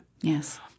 Yes